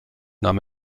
nahm